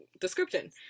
description